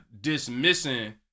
dismissing